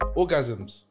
orgasms